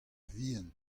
vihan